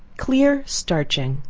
clear starching.